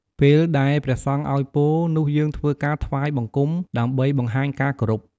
ពេលដែលព្រះសង្ឃអោយពរ នោះយើងធ្វើការថ្វាយបង្គំ ដើម្បីបង្ហាញការគោរព។